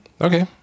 okay